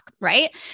right